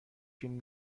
فیلم